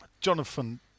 Jonathan